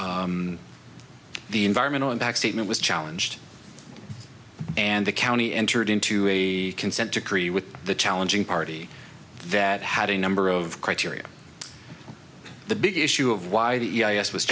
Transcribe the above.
the environmental impact statement was challenged and the county entered into a consent decree with the challenging party that had a number of criteria the big issue of why